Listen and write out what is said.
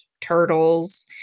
turtles